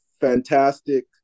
fantastic